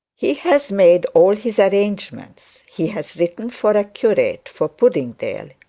he has made all his arrangements. he has written for a curate for puddingdale,